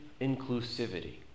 inclusivity